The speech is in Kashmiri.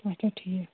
اَچھا ٹھیٖک